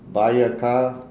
buy a car